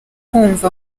kumva